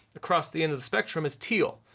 across the end of the spectrum is teal.